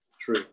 true